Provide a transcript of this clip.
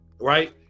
right